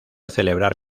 celebrar